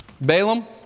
Balaam